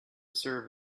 serve